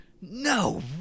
No